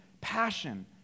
passion